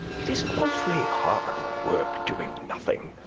it is awfully hard work doing nothing.